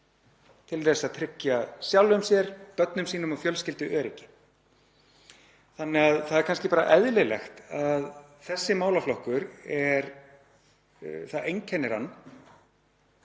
til þess að tryggja sjálfum sér, börnum sínum og fjölskyldu öryggi. Þannig að það er kannski bara eðlilegt að það einkennir þennan